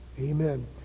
Amen